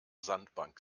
sandbank